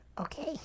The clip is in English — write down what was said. Okay